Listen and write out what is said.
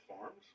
farms